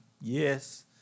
yes